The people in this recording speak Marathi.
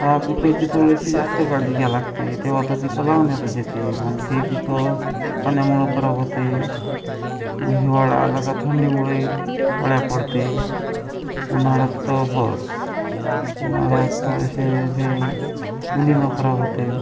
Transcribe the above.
का पिकाची थोडीशी जास्त काळजी घ्या लागते तेव्हा तर पिकं लावण्यातच येते मग ते पिकं पाण्यामुळं खराब होते हिवाळा आला का थंडीमुळे अळ्या पडते उन्हाळ्यात तर बस उन्हाळ्यात थोडेसे जे उन्हानं खराब होते